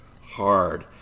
hard